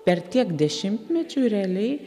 per tiek dešimtmečių realiai